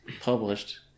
published